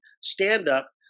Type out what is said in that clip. stand-up